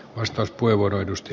arvoisa puhemies